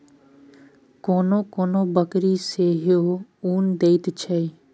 कोनो कोनो बकरी सेहो उन दैत छै